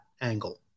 angle